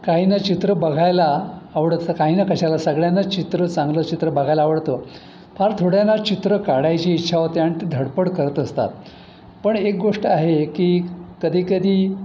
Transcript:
काही ना चित्र बघायला आवडं तसं काहीना कशाला सगळ्यांनाच चित्र चांगलं चित्र बघायला आवडतं फार थोड्याना चित्र काढायची इच्छा होते आणि ते धडपड करत असतात पण एक गोष्ट आहे की कधी कधी